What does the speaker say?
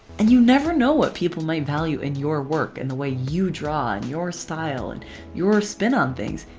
and you never know what people might value in your work and the way you draw and your style and your spin on things.